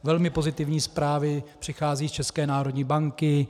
Velmi pozitivní zprávy přicházejí z České národní banky.